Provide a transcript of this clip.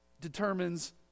determines